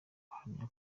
bahamya